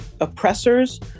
oppressors